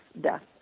death